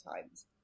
times